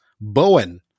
Bowen